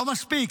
לא מספיק,